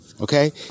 Okay